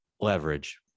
leverage